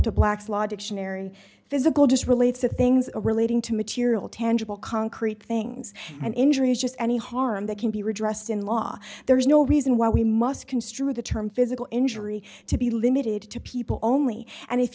to black's law dictionary physical just relates to things relating to material tangible concrete things and injuries just any harm that can be redressed in law there is no reason why we must construe the term physical injury to be limited to people only and if